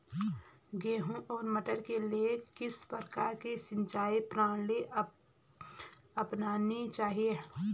गेहूँ और मटर के लिए किस प्रकार की सिंचाई प्रणाली अपनानी चाहिये?